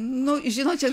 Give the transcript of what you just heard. nu žinot čia